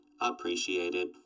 appreciated